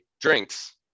drinks